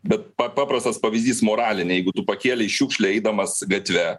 bet pa paprastas pavyzdys moralinė jeigu tu pakėlei šiukšlę eidamas gatve